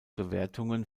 bewertungen